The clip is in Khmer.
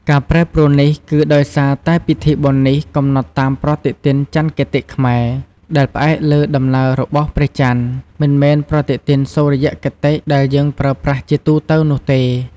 ការប្រែប្រួលនេះគឺដោយសារតែពិធីបុណ្យនេះកំណត់តាមប្រតិទិនចន្ទគតិខ្មែរ ដែលផ្អែកលើដំណើររបស់ព្រះចន្ទ មិនមែនប្រតិទិនសុរិយគតិ ដែលយើងប្រើប្រាស់ជាទូទៅនោះទេ។